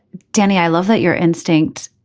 danny i love that your instinct.